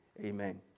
Amen